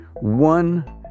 One